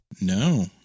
No